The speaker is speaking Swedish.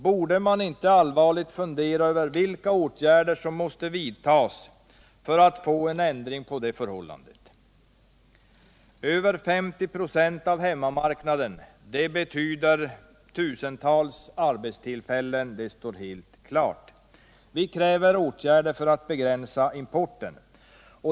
Borde man inte allvarligt fundera över vilka åtgärder som bör vidtas för att få en ändring på detta förhållande. Över 50 ?6 av hemmamarknaden betyder helt klart tusentals arbetstillfällen. Vi kräver åtgärder för att begränsa importen.